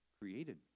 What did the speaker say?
created